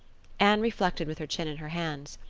anne reflected with her chin in her hands.